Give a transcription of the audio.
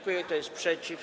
Kto jest przeciw?